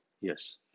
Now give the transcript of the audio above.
Yes